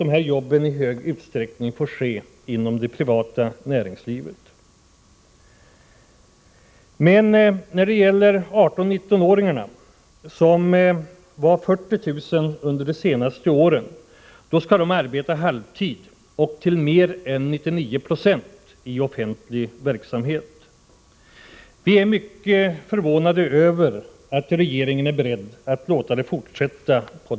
Det leder i många fall till att ungdomarna får fasta jobb. Men 18-19-åringarna, som det senaste året var ca 40 000, arbetar halvtid och till mer än 99 96 i offentlig verksamhet. Vi är mycket förvånade över att regeringen är beredd att låta detta fortsätta.